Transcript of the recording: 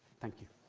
thank you.